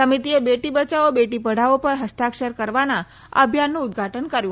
સમિતિએ બેટી બયાવો બેટી પઢાવો પર હસ્તાક્ષર કરવાના અભિયાનનું ઉદ્દધાટન કર્યું